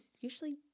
usually